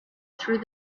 through